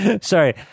sorry